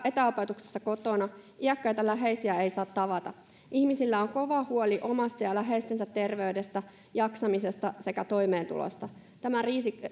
etäopetuksessa kotona iäkkäitä läheisiä ei saa tavata ihmisillä on kova huoli omasta ja läheistensä terveydestä jaksamisesta sekä toimeentulosta tämä